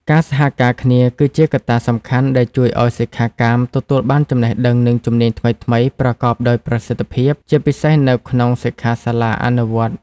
ការសហការគ្នា គឺជាកត្តាសំខាន់ដែលជួយឲ្យសិក្ខាកាមទទួលបានចំណេះដឹង និងជំនាញថ្មីៗប្រកបដោយប្រសិទ្ធភាព ជាពិសេសនៅក្នុង សិក្ខាសាលាអនុវត្តន៍។